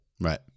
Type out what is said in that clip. Right